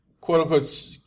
quote-unquote